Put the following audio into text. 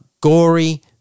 gory